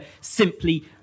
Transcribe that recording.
simply